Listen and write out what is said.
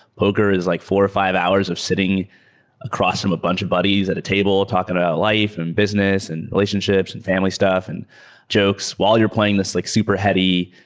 poker is like four or five hours of sitting across from a bunch of buddies at a table talking about life and business and relationships and family stuff and jokes while you're playing this like super heavy,